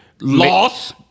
Loss